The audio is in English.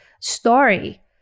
story